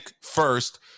first